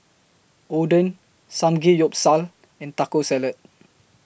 Oden Samgeyopsal and Taco Salad